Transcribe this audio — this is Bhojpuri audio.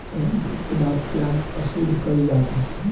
प्राकृतिक पदार्थ के आज अशुद्ध कइल जाता